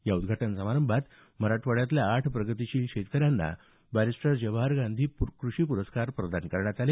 या उद्घाटन समारंभात मराठवाड्यातल्या आठ प्रगतीशील शेतकऱ्यांना बॅरिस्टर जवाहर गांधी कृषी प्रस्कार प्रदान करण्यात आले